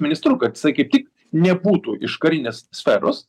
ministru kad jisai kaip tik nebūtų iš karinės sferos